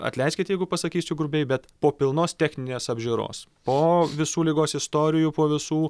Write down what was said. atleiskit jeigu pasakysiu grubiai bet po pilnos techninės apžiūros po visų ligos istorijų po visų